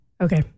Okay